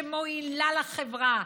שמועילה לחברה,